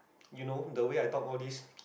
you know the way I talked all this